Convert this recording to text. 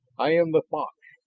i am the fox,